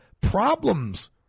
problems